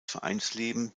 vereinsleben